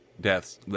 deaths